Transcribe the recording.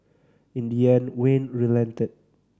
in the end Wayne relented